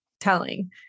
telling